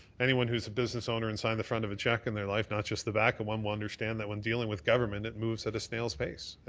anyone who's a business owner and signed the front of a cheque in their life not just the back of one will understand that when dealing with government, it moves at a snail's pace, and